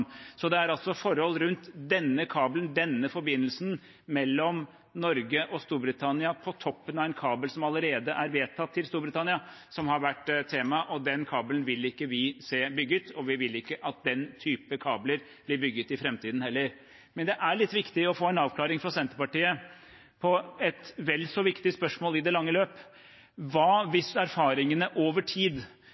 Det er altså forhold rundt denne kabelen, denne forbindelsen, mellom Norge og Storbritannia, på toppen av en kabel som allerede er vedtatt til Storbritannia, som har vært tema. Den kabelen vil ikke vi se bygget, og vi vil ikke at den typen kabler blir bygget i framtiden heller. Men det er litt viktig å få en avklaring fra Senterpartiet på et vel så viktig spørsmål i det lange løp: Hva om erfaringene over tid